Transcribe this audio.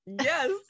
Yes